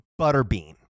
Butterbean